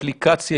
אפליקציה,